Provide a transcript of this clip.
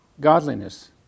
godliness